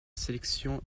sélection